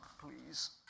please